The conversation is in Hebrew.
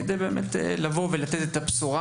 כדי לבוא ולתת את הבשורה,